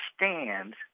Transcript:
stand